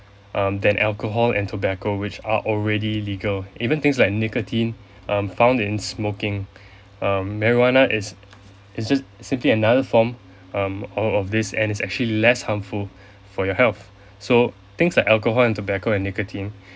um than alcohol and tobacco which are already legal even things like nicotine um found in smoking um marijuana is is just simply another form um of of this and it's actually less harmful for your health so things like alcohol and tobacco and nicotine